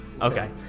Okay